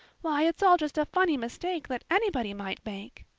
why, it's all just a funny mistake that anybody might make.